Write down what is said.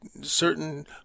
certain